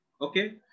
Okay